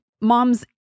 Moms